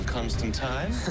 Constantine